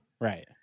Right